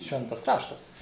šventas raštas